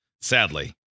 Sadly